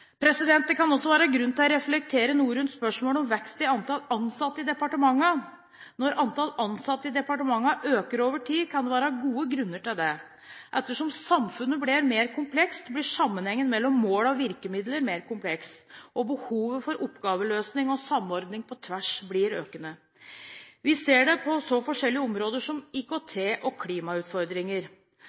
Det kan også være grunn til å reflektere noe rundt spørsmålet om vekst i antallet ansatte i departementene. Når antallet ansatte i departementene øker over tid, kan det være gode grunner til det. Etter som samfunnet blir mer komplekst, blir sammenhengen mellom mål og virkemidler mer kompleks, og behovet for oppgaveløsing og samordning på tvers blir økende. Vi ser det på så forskjellige områder som IKT og klimautfordringer.